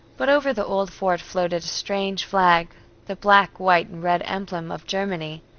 but over the old fort floated a strange flag the black, white and red emblem of germany,